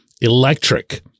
electric